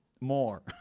more